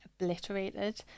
obliterated